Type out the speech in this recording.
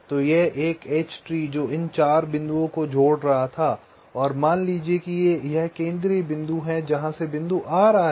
तो यह एक एच ट्री जो इन 4 बिंदुओं को जोड़ रहा था और मान लीजिए कि यह केंद्रीय बिंदु है जहां से बिंदु आ रहा है